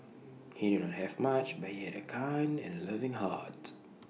he did not have much but he had A kind and loving heart